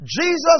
Jesus